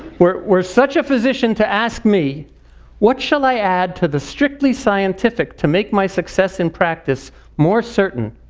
were were such a physician to ask me what shall i add to the strictly scientific to make my success in practice more certain,